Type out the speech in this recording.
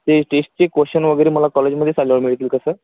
ते टेस्टची क्वश्शन वगैरे मला कॉलेजमध्येच आल्यावर मिळतील का सर